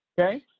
okay